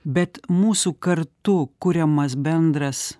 bet mūsų kartu kuriamas bendras